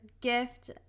gift